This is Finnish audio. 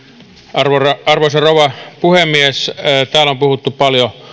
arvoisa arvoisa rouva puhemies täällä on puhuttu paljon